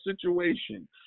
situation